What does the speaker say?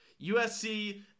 USC –